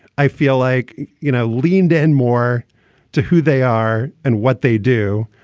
i feel like, you know, leaned in more to who they are and what they do.